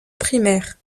primaire